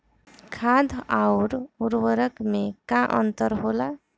खाद्य आउर उर्वरक में का अंतर होला?